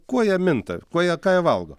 kuo jie minta kuo jie ką jie valgo